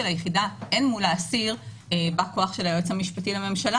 היחידה אין מול האסיר בה כוח של היועץ המשפטי לממשלה